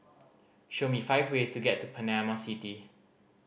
show me five ways to get to Panama City